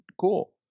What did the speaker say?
cool